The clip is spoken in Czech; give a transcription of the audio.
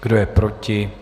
Kdo je proti?